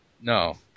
No